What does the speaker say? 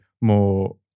more